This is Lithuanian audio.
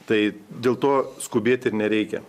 tai dėl to skubėt ir nereikia